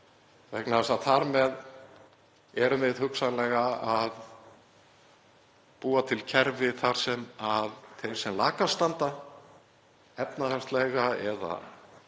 vegna þess að þar með erum við hugsanlega að búa til kerfi þar sem þeim sem lakast standa efnahagslega eða